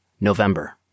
November